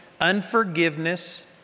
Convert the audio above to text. unforgiveness